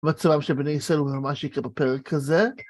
מצבם של בני ישראל הוא ממש יקר בפרק הזה.